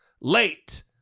late